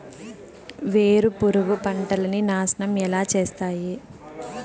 వేరుపురుగు పంటలని నాశనం ఎలా చేస్తాయి?